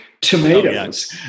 tomatoes